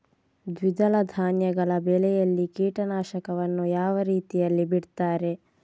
ದ್ವಿದಳ ಧಾನ್ಯಗಳ ಬೆಳೆಯಲ್ಲಿ ಕೀಟನಾಶಕವನ್ನು ಯಾವ ರೀತಿಯಲ್ಲಿ ಬಿಡ್ತಾರೆ?